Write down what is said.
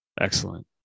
Excellent